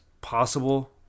possible